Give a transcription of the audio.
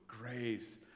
grace